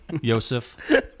Yosef